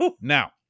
Now